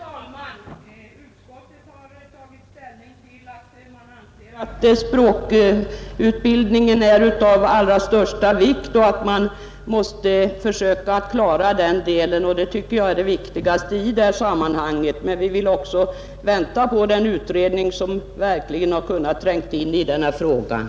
Herr talman! Utskottet har tagit ställning så till vida att man anser att språkundervisningen är av allra största vikt och att man måste försöka klara den delen. Det tycker jag är det väsentliga i detta sammanhang. Men vi har också velat vänta på den utredning som verkligen har kunnat tränga in i dessa frågor.